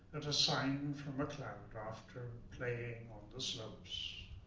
at a sign from a cloud after playing on the slopes.